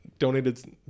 donated